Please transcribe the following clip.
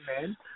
man